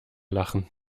lachen